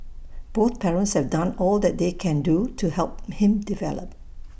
both parents have done all that they can do to help him develop